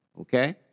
Okay